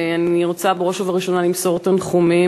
אני רוצה בראש ובראשונה למסור תנחומים